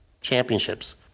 championships